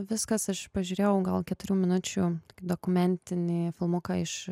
viskas aš pažiūrėjau gal keturių minučių dokumentinį filmuką iš